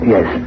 Yes